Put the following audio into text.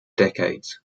decades